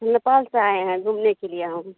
नेपाल से आये है घूमनेके लिए हम